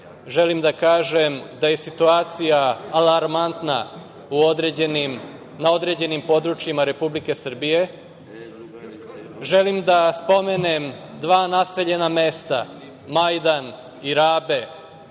želim da kažem da je situacija alarmantna na određenim područjima Republike Srbije. Želim da spomenem dva naseljena mesta Majdan, Irabe